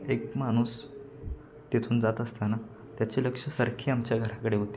एक माणूस तिथून जात असताना त्याचे लक्ष सारखे आमच्या घराकडे होते